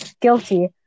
guilty